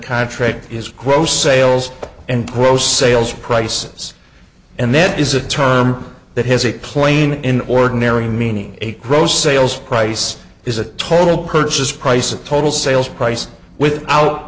contract is gross sales and gross sales prices and then is a term that has a plane in ordinary meaning a gross sales price is a total purchase price of total sales price without